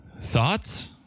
Thoughts